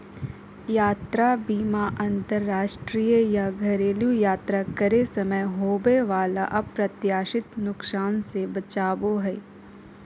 यात्रा बीमा अंतरराष्ट्रीय या घरेलू यात्रा करे समय होबय वला अप्रत्याशित नुकसान से बचाबो हय